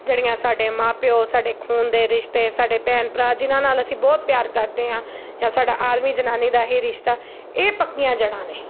ਜਿਹੜੀਆਂ ਸਾਡੇ ਮਾਂ ਪਿਓ ਸਾਡੇ ਖੂਨ ਦੇ ਰਿਸ਼ਤੇ ਸਾਡੇ ਭੈਣ ਭਰਾ ਜਿਨ੍ਹਾਂ ਨਾਲ ਅਸੀਂ ਬਹੁਤ ਪਿਆਰ ਕਰਦੇ ਹਾਂ ਜਾਂ ਸਾਡਾ ਆਦਮੀ ਜਨਾਨੀ ਦਾ ਇਹ ਰਿਸ਼ਤਾ ਇਹ ਪੱਕੀਆਂ ਜੜ੍ਹਾਂ ਨੇ